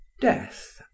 Death